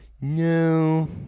no